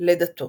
לידתו